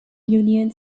union